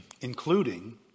including